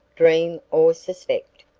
dream, or suspect.